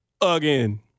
again